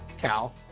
Cal